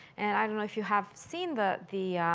and i don't know if you have seen, the the